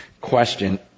question